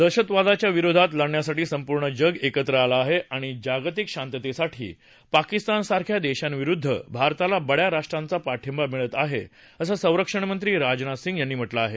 दहशतवादाच्या विरोधात लढण्यासाठी संपूर्ण जग एकत्र आलं आहे आणि जागतिक शांततेसाठी पाकिस्तानसारख्या देशांविरुद्ध भारताला बड्या राष्ट्रांचा पाठिंबा मिळत आहे असं सरक्षणमंत्री राजनाथ सिंग यांनी म्हटलं आहे